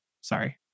sorry